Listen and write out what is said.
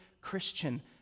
Christian